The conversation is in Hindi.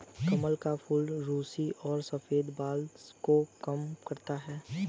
कमल का फूल रुसी और सफ़ेद बाल को कम करता है